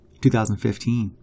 2015